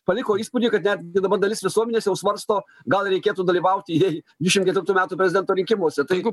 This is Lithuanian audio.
paliko įspūdį kad net dabar dalis visuomenės jau svarsto gal reikėtų dalyvauti jai dvidešim ketvirtų metų prezidento rinkimuose tai